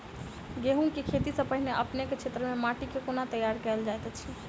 गेंहूँ केँ खेती सँ पहिने अपनेक केँ क्षेत्र मे माटि केँ कोना तैयार काल जाइत अछि?